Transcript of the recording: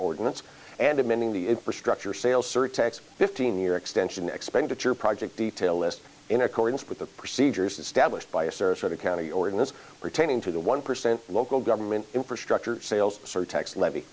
ordinance and amending the restructure sale surtax fifteen year extension expenditure project detail list in accordance with the procedures established by a service or county ordinance pertaining to the one percent local government infrastructure sales tax levy